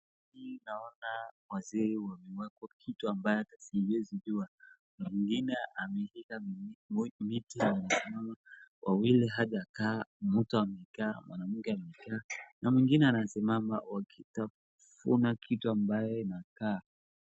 Hii naona wazee wameweka kitu ambayo hata siwezi jua, mwingine ameshika miti anasimama wawili hawajakaa, mtu amekaa, mwanamke amekaa na mwingine anasimama wakitafuta kitu ambayo inakaa.